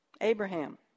Abraham